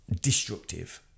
destructive